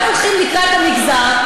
גם הולכים לקראת המגזר,